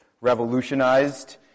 revolutionized